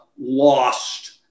lost